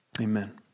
Amen